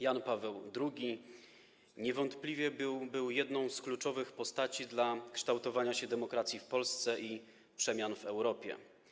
Jan Paweł II niewątpliwie był jedną z kluczowych postaci w procesie kształtowania się demokracji w Polsce i przemian w Europie.